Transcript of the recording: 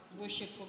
worship